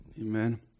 Amen